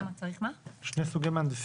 מהנדס